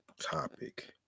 topic